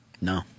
No